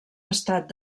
estat